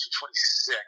26